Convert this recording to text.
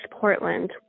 Portland